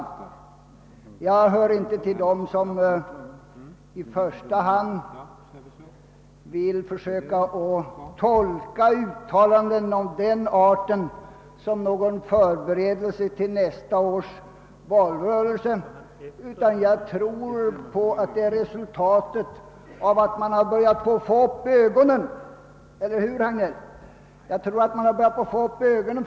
Jag hör inte till dem som i första hand vill försöka tolka uttalanden av den arten som någon förberedelse för nästa års valrörelse, utan jag tror att de är resultatet av att man har börjat få upp ögonen — eller hur, herr Hagnell?